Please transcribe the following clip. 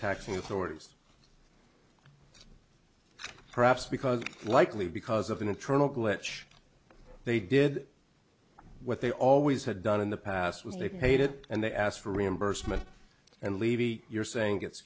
taxing authorities perhaps because likely because of an internal glitch they did what they always had done in the past when they paid it and they asked for reimbursement and levy you're saying it's